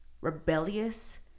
rebellious